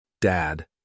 Dad